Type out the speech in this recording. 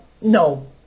no